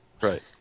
Right